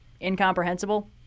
incomprehensible